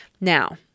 Now